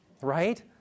right